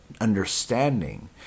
understanding